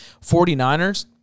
49ers